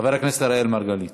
חבר הכנסת אראל מרגלית.